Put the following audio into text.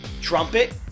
trumpet